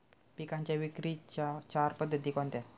पिकांच्या विक्रीच्या चार पद्धती कोणत्या?